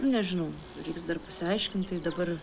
nu nežinau reiks dar pasiaiškint tai dabar